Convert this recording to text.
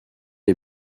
est